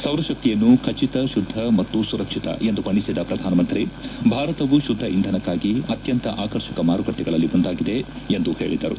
ಸೌರಶಕ್ತಿಯನ್ನು ಖಚಿತ ಶುದ್ದ ಮತ್ತು ಸುರಕ್ಷಿತ ಎಂದು ಬಣ್ಣೆಖದ ಪ್ರಧಾನಮಂತ್ರಿ ಭಾರತವು ಶುದ್ದ ಇಂಧನಕ್ಕಾಗಿ ಅತ್ಯಂತ ಆಕರ್ಷಕ ಮಾರುಕಟ್ಟೆಗಳಲ್ಲಿ ಒಂದಾಗಿದೆ ಎಂದು ಹೇಳಿದರು